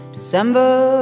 December